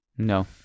No